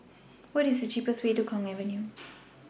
What IS The cheapest Way to Kwong Avenue